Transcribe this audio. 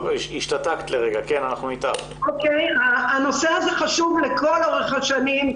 הנושא הזה חשוב לאורך כל השנים.